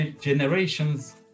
generations